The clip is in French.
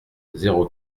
zéro